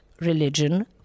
religion